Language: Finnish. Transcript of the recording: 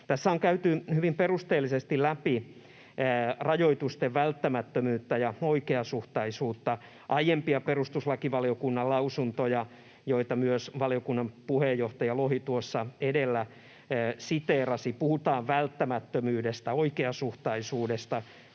Tässä on käyty hyvin perusteellisesti läpi rajoitusten välttämättömyyttä ja oikeasuhtaisuutta, aiempia perustuslakivaliokunnan lausuntoja, joita myös valiokunnan puheenjohtaja Lohi tuossa edellä siteerasi. Puhutaan välttämättömyydestä, oikeasuhtaisuudesta: